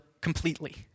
completely